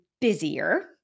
busier